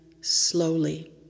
slowly